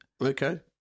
Okay